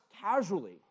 casually